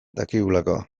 dakigulako